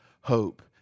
hope